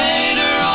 Later